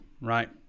right